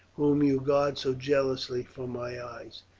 whom you guard so jealously from my eyes.